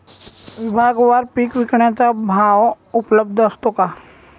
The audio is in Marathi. विभागवार पीक विकण्याचा भाव उपलब्ध असतो का?